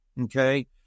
Okay